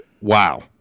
wow